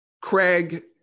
Craig